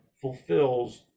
fulfills